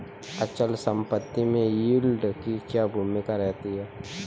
अचल संपत्ति में यील्ड की क्या भूमिका रहती है?